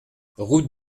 route